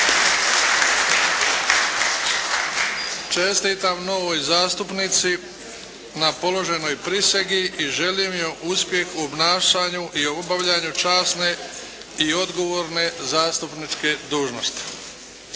Čestitam novoj zastupnici na položenoj prisezi. I želim joj uspjeh u obnašanju i obavljanju časne i odgovorne zastupničke dužnosti.